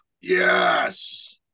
Yes